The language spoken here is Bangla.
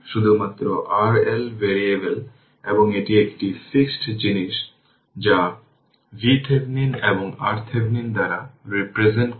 সুইচটি দীর্ঘ সময়ের জন্য ক্লোজ থাকলে সেই ইন্ডাক্টরটি একটি শর্ট সার্কিট হিসাবে আচরণ করবে এবং ক্যাপাসিটরের জন্য এটি সেই ওপেন সার্কিটের জন্য একটি DC হিসাবে আচরণ করবে